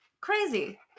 Crazy